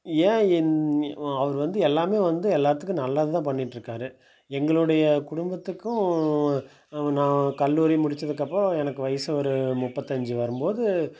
ஏன் இந் அவர் வந்து எல்லாமே வந்து எல்லாத்துக்கும் நல்லது தான் பண்ணிட்டிருக்காரு எங்களுடைய குடும்பத்துக்கும் நான் கல்லூரி முடித்ததுக்கப்புறம் எனக்கு வயது ஒரு முப்பத்தஞ்சு வரும்போது